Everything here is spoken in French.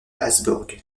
habsbourg